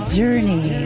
journey